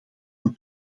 een